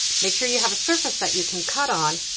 make sure you have a surface that you can cut on.